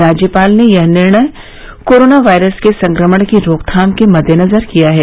राज्यपाल ने यह निर्णय कोरोना वायरस के संक्रमण की रोकथाम के मददेनजर लिया है